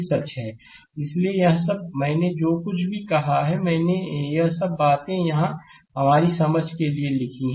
slide समय देखें 0644 इसलिए यह सब मैंने जो कुछ भी कहा मैंने यह सब बातें यहाँ हमारी समझ के लिए लिखी हैं